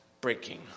breaking